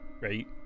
Right